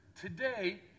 Today